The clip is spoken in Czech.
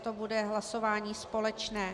To bude hlasování společné.